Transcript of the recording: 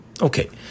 Okay